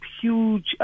huge